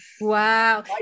Wow